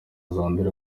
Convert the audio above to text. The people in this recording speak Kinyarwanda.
zandurira